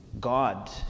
God